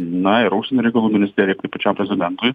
na ir užsienio reikalų ministerija tai pačiam prezidentui